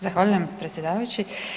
Zahvaljujem predsjedavajući.